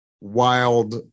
wild